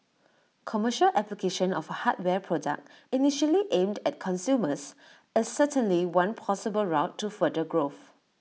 commercial application of A hardware product initially aimed at consumers is certainly one possible route to further growth